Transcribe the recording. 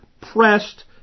pressed